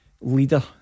leader